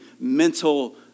mental